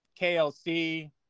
KLC